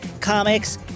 comics